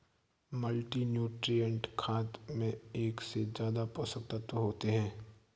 multinutrient खाद में एक से ज्यादा पोषक तत्त्व होते है